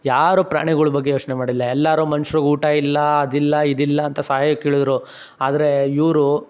ಯಾರು ಪ್ರಾಣಿಗಳ ಬಗ್ಗೆ ಯೋಚ್ನೆ ಮಾಡಿಲ್ಲ ಎಲ್ಲರೂ ಮನುಷ್ಯರ್ಗೆ ಊಟ ಇಲ್ಲ ಅದಿಲ್ಲ ಇದಿಲ್ಲ ಅಂತ ಸಹಾಯಕ್ಕಿಳಿದರು ಆದರೆ ಇವರು